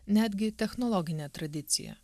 netgi technologinę tradiciją